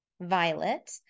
violet